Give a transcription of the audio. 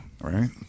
Right